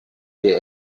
der